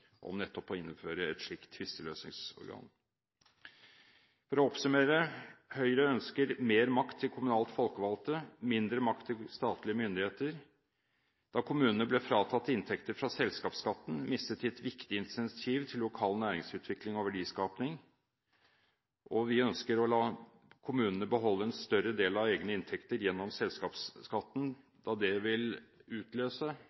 om nettopp å innføre et slikt tvisteløsningsorgan. For å oppsummere: Høyre ønsker mer makt til kommunalt folkevalgte, mindre makt til statlige myndigheter. Da kommunene ble fratatt inntekter fra selskapsskatten, mistet de et viktig incentiv til lokal næringsutvikling og verdiskaping. Vi ønsker å la kommunene beholde en større del av egne inntekter gjennom selskapsskatten, da det vil utløse